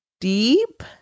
deep